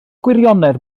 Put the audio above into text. gwirionedd